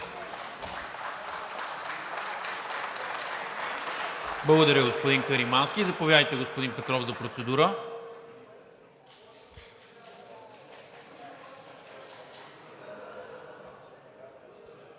Благодаря, господин Каримански. Заповядайте, господин Петров, за процедура.